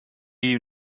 you